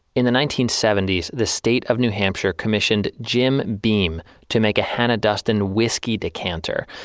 in the nineteen seventy s, the state of new hampshire commissioned jim beam to make a hannah duston whiskey decanter.